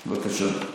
בבקשה.